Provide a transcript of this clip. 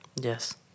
Yes